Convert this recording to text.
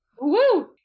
Woo